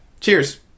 cheers